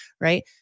right